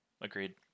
Agreed